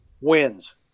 wins